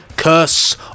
Curse